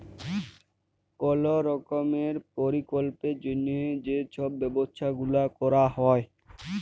call রকমের পরকল্পের জ্যনহে যে ছব ব্যবছা গুলাল ক্যরা হ্যয়